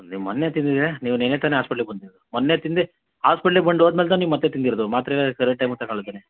ನೀವು ಮೊನ್ನೆ ತಿಂದಿದ್ದರೆ ನೀವು ನೆನ್ನೆ ತಾನೆ ಆಸ್ಪಿಟ್ಲಿಗೆ ಬಂದಿದ್ದು ಮೊನ್ನೆ ತಿಂದು ಹಾಸ್ಪಿಟ್ಲಿಗ್ ಬಂದು ಹೋದ್ಮೇಲ್ ತಾನೆ ನೀವು ಮತ್ತೆ ತಿಂದಿರೋದು ಮಾತ್ರೆ ಎಲ್ಲ ಕರೆಕ್ಟ್ ಟೈಮ್ಗೆ ತಗೊಳದೇನೆ